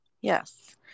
Yes